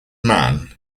man